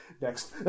next